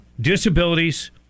disabilities